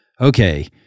okay